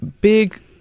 big